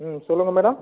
ம் சொல்லுங்கள் மேடம்